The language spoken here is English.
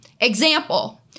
Example